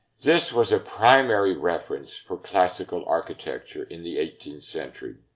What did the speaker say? this was a primary reference for classical architecture in the eighteenth century,